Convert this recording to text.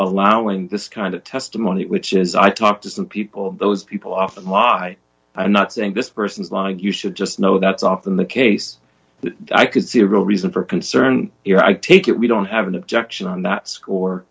allowing this kind of testimony which is i talked to some people those people off and why i'm not saying this person is lying you should just know that's often the case but i could see a real reason for concern here i take it we don't have an objection on that score